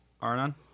Arnon